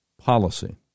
policy